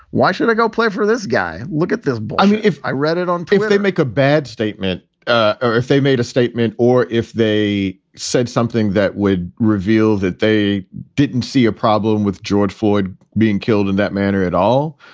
why should i go play for this guy? look at this i mean, if i read it on paper, they make a bad statement ah or if they made a statement or if they said something that would reveal that they didn't see a problem with george ford being killed in that manner at all.